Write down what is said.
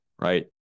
right